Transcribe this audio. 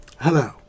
Hello